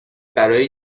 برای